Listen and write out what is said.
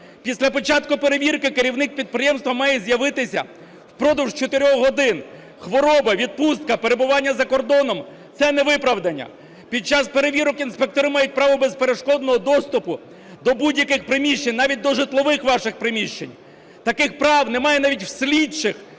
Після початку перевірки керівник підприємства має з'явитися впродовж 4 годин. Хвороба, відпустка, перебування за кордоном – це не виправдання. Під час перевірок інспектори мають право безперешкодного доступу до будь-яких приміщень, навіть до житлових ваших приміщень. Таких прав немає навіть у слідчих,